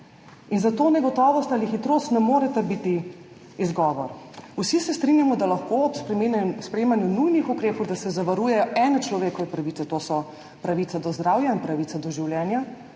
In zato negotovost ali hitrost ne moreta biti izgovor. Vsi se strinjamo, da se lahko ob sprejemanju nujnih ukrepov zavarujejo ene človekove pravice, to sta pravica do zdravja in pravica do življenja,